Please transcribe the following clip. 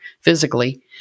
physically